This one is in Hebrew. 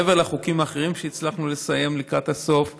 מעבר לחוקים האחרים שהצלחנו לסיים לקראת הסוף והעברנו.